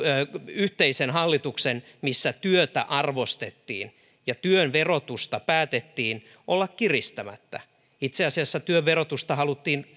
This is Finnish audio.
yhteisen hallituksen missä työtä arvostettiin ja työn verotusta päätettiin olla kiristämättä itse asiassa työn verotusta haluttiin